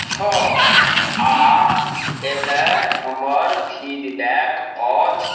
छओ आओर एतए हमर फीडबैक अछि